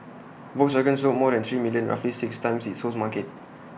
Volkswagen sold more than three million roughly six times its home's market